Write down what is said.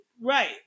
Right